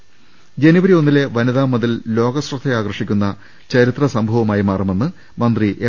് ജനുവരി ഒന്നിലെ വനിതാ മതിൽ ലോകശ്രദ്ധ ആകർഷിക്കുന്ന ചരിത്ര സംഭവമായി മാറുമെന്ന് മന്ത്രി എം